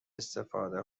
استفاده